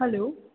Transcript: hello